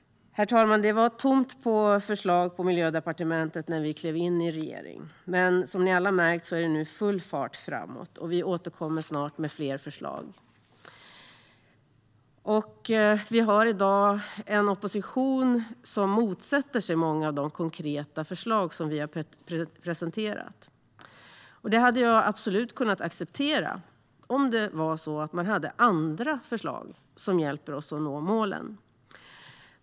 Herr talman! Det var tomt på förslag på Miljödepartementet när vi klev in i regeringen. Men som ni alla har märkt är det nu full fart framåt, och vi återkommer snart med fler förslag. Vi har i dag en opposition som motsätter sig många av de konkreta förslag som vi har presenterat. Det hade jag absolut kunnat acceptera om det var så att man hade andra förslag som hjälper oss att nå målen.